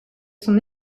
son